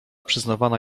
przyznawana